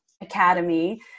Academy